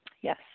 Yes